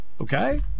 Okay